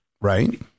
right